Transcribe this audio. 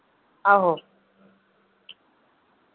आहो